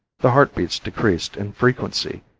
the heart beats decreased in frequency,